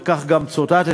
וכך גם ציטטתם.